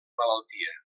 malaltia